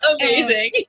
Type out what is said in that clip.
Amazing